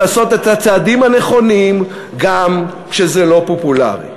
לעשות את הצעדים הנכונים גם כשזה לא פופולרי.